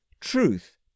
truth